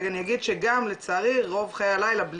ואני אגיד גם שלצערי רוב חיי הלילה,